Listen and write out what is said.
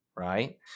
right